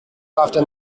often